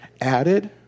added